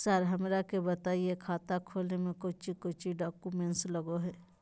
Sir हमरा के बताएं खाता खोले में कोच्चि कोच्चि डॉक्यूमेंट लगो है?